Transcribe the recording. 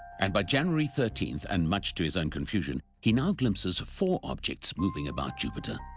and by january thirteenth, and much to his own confusion, he now glimpses four objects moving about jupiter.